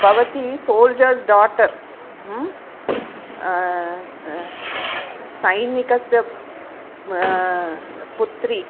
भवती soldier's daughter स् सैनिकस्य पुत्री